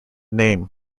name